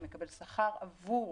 שמקבל שכר עבור